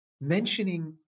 mentioning